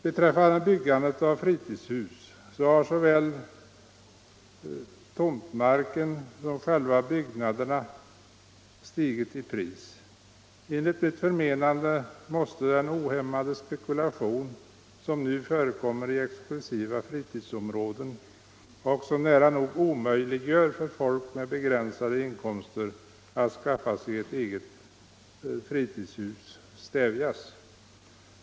Beträffande byggandet av fritidshus kan framhållas att såväl tomtmarken som själva byggnaderna stigit i pris. Enligt mitt förmenande måste den ohämmade spekulation som nu förekommer i exklusiva fritidsområden och som nära nog omöjliggör för folk med begränsade inkomster att skaffa sig ett eget fritidshus stävjas.